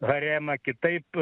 haremą kitaip